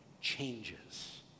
changes